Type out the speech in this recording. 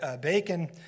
bacon